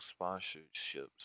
sponsorships